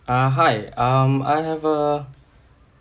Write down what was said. uh hi um I have a